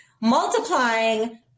multiplying